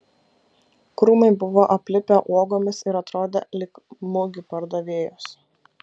krūmai buvo aplipę uogomis ir atrodė lyg mugių pardavėjos